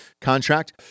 contract